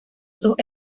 sus